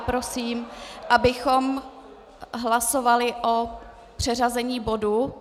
Prosím, abychom hlasovali o přeřazení bodu.